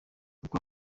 uko